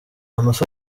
amafi